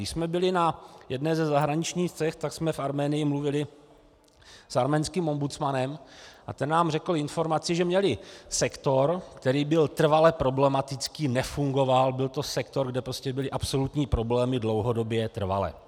Když jsme byli na jedné ze zahraničních cest, tak jsme v Arménii mluvili s arménským ombudsmanem a ten nám řekl informaci, že měli sektor, který byl trvale problematický, nefungoval, byl to sektor, kde byly absolutní problémy dlouhodobě, trvale.